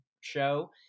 show